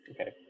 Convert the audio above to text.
Okay